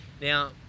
Now